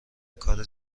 کار